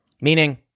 meaning